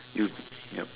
you yup